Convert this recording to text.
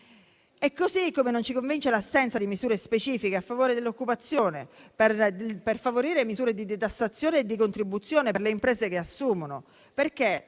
Inoltre, non ci convince l'assenza di misure specifiche a favore dell'occupazione, per favorire misure di detassazione e decontribuzione per le imprese che assumono,